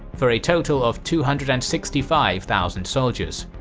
for a total of two hundred and sixty five thousand soldiers.